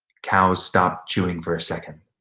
cows stopped chewing for a second